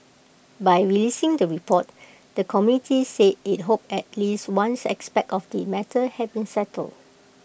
by releasing the report the committee said IT hoped at least ones aspect of the matter had been settled